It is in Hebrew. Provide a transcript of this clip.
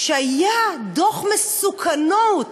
שהיה דוח מסוכנות